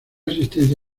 asistencia